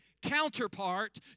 counterpart